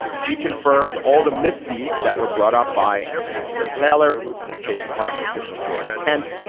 she confirmed all the misdeeds that were brought up by ambassador taylor and state department official george kent.